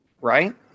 right